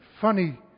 funny